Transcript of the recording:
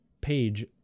page